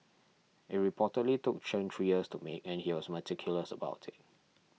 it reportedly took Chen three years to make and he was meticulous about it